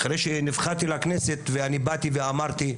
אחרי שנבחרתי לכנסת אני באתי ואמרתי,